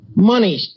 Money